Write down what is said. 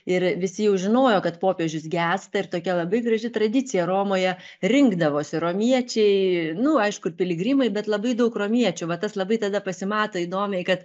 ir visi jau žinojo kad popiežius gęsta ir tokia labai graži tradicija romoje rinkdavosi romiečiai nu aišku ir piligrimai bet labai daug romiečių va tas labai tada pasimato įdomiai kad